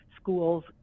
schools